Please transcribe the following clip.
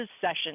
session